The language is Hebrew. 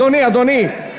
אדוני,